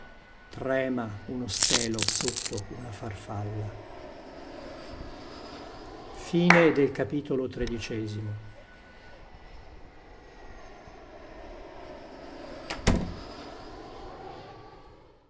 trema uno stelo sotto una farfalla odi